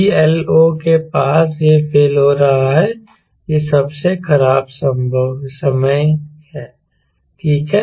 VLO के पास यह फेल हो रहा है यह सबसे खराब संभव समय है ठीक है